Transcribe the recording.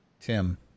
Tim